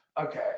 Okay